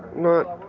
not